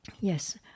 Yes